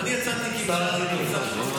ואני יצאתי כבשה שחורה,